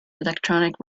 electronic